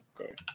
okay